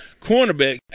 cornerback